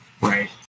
right